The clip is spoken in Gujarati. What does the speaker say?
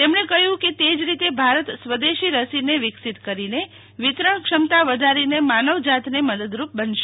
તેમણે કહ્યુંકે તેજ રીતે સ્વદેશી રસીને વિકસિત કરીને વિતરણક્ષમતા વધારીને માનવજાતને મદદરૂપબનશે